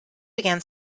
began